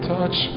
Touch